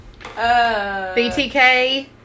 BTK